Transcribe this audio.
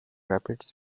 rapids